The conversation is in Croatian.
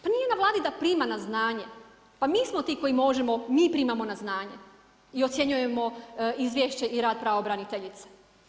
Pa nije na Vladi da prima na znanje, pa mi smo ti koji možemo, mi primamo na znanje i ocjenjujemo izvješće i rad pravobraniteljice.